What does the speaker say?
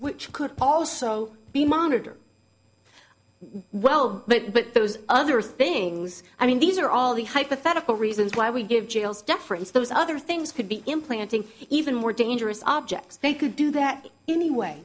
which could also be monitored well but but those other things i mean these are all the hypothetical reasons why we give jails deference those other things could be implanting even more dangerous objects they could do that anyway